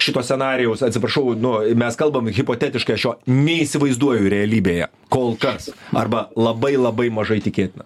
šito scenarijaus atsiprašau nu mes kalbam hipotetiškai aš jo neįsivaizduoju realybėje kol kas arba labai labai mažai tikėtina